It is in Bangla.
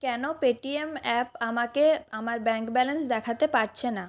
কেন পেটিএম অ্যাপ আমাকে আমার ব্যাঙ্ক ব্যালেন্স দেখাতে পারছে না